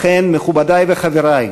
לכן, מכובדי וחברי,